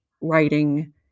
writing